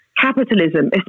Capitalism